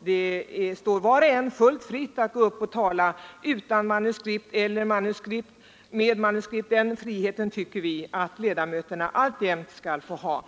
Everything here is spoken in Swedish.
Det står var och en fullt fritt att gå upp och tala utan manuskript eller med manuskript. Den friheten tycker vi att ledamöterna alltjämt skall få ha.